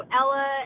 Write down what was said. Ella